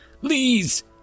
Please